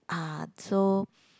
ah so